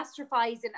catastrophizing